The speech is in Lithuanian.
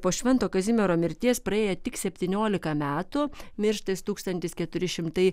po švento kazimiero mirties praėjo tik septyniolika metų miršta jis tūkstantis keturi šimtai